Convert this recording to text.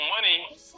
money